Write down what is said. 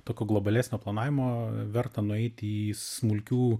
tokio globalesnio planavimo verta nueiti į smulkių